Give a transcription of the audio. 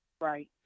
Right